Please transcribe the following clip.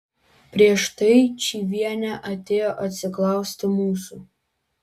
prieš tai čyvienė atėjo atsiklausti mūsų